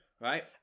right